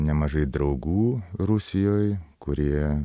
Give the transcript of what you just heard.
nemažai draugų rusijoj kurie